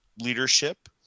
leadership